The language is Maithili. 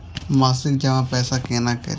मासिक जमा पैसा केना करी?